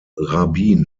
rabin